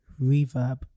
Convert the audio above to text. reverb